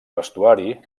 vestuari